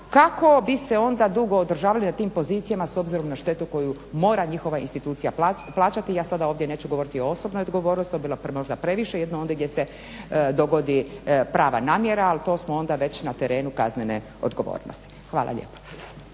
kako bi se onda dugo održavali na tim pozicijama s obzirom na štetu koju mora njihova institucija plaćati. Ja sada ovdje neću govoriti o osobnoj odgovornosti. To bi možda bila previše, jedno ondje gdje se dogodi prava namjera al to smo onda već na terenu kaznene odgovornosti. Hvala lijepa.